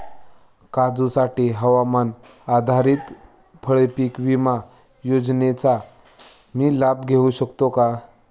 काजूसाठीच्या हवामान आधारित फळपीक विमा योजनेचा मी लाभ घेऊ शकतो का?